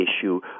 issue